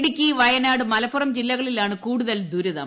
ഇടുക്കി വയനാട് മലപ്പുറം ജില്ലകളിലാണ് കൂടുതൽ ദുരിതം